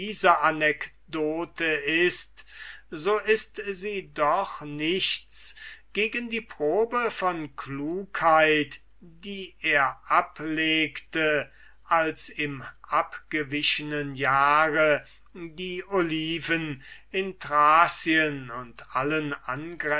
anekdote ist so ist sie doch nichts gegen die probe von klugheit die er ablegte als im abgewichenen jahre die oliven in thracien und allen